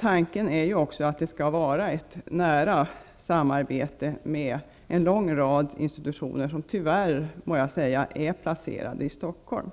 Tanken är också att det skall vara ett nära samarbete med en lång rad institutioner som tyvärr, måste jag säga, är placerade i Stockholm.